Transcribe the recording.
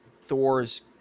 thor's